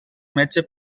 metge